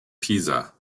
pisa